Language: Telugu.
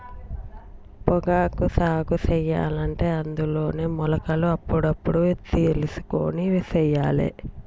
పొగాకు సాగు సెయ్యలంటే అందులోనే మొలకలు అప్పుడప్పుడు తెలుసుకొని సెయ్యాలే